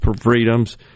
freedoms